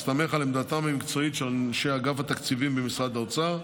בהסתמך על עמדתם המקצועית של אנשי אגף התקציבים במשרד האוצר,